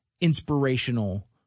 inspirational